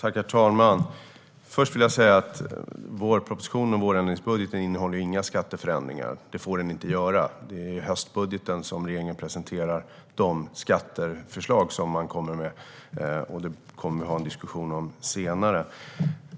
Herr talman! Vårpropositionen och vårändringsbudgeten innehåller ju inga skatteförändringar. Det får den inte göra. Det är i höstbudgeten som regeringen presenterar de skatteförslag som man kommer med, och det kommer vi att ha en diskussion om senare.